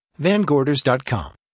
VanGorders.com